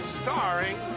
starring